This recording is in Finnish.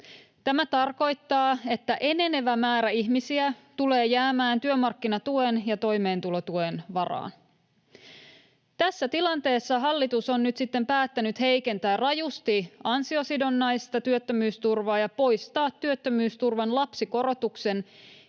Tämä tarkoittaa, että enenevä määrä ihmisiä tulee jäämään työmarkkinatuen ja toimeentulotuen varaan. Tässä tilanteessa hallitus on nyt sitten päättänyt heikentää rajusti ansiosidonnaista työttömyysturvaa ja poistaa työttömyysturvan lapsikorotuksen,